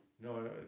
No